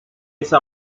esa